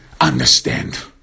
understand